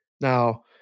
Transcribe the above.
Now